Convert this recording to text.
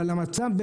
אבל המצב,